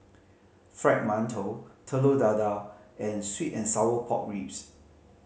Fried Mantou Telur Dadah and sweet and sour pork ribs